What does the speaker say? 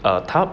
err tub